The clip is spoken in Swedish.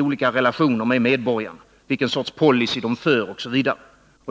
olika relationer när det gäller medborgarna, vilken sorts policy man har, osv.